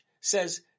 says